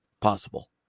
possible